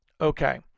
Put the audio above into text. okay